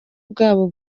bwabo